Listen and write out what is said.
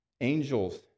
Angels